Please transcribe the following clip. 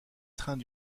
trains